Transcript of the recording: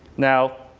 now,